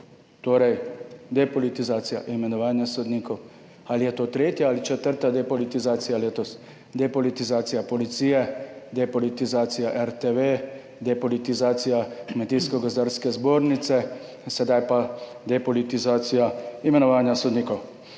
gre za depolitizacijo imenovanja sodnikov. Ali je to tretja ali četrta depolitizacija letos? Depolitizacija Policije, depolitizacija RTV, depolitizacija Kmetijsko gozdarske zbornice, sedaj pa depolitizacija imenovanja sodnikov.